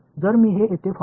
இந்த மதிப்பு 0